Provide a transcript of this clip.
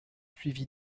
suivi